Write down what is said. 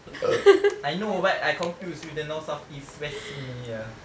I know but I confused with the north south east west simi ya